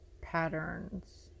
patterns